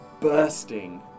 bursting